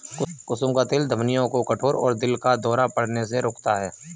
कुसुम का तेल धमनियों को कठोर और दिल का दौरा पड़ने से रोकता है